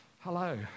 hello